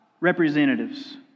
representatives